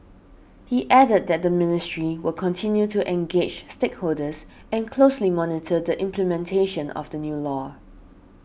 he added that the ministry will continue to engage stakeholders and closely monitor the implementation of the new law